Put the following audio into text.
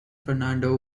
fernando